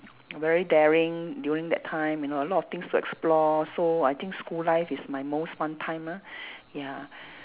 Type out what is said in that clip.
very daring during that time you know a lot of things to explore so I think school life is my most fun time mah ya